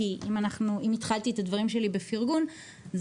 כי אם התחלתי את הדברים שלי בארגון אז